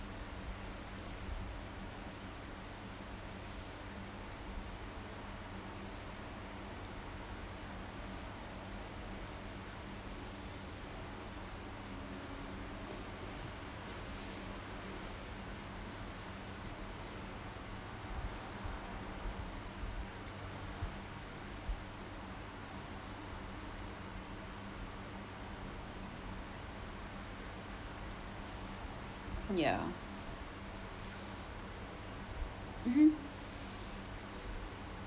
ya mmhmm